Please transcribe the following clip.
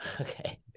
Okay